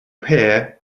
pair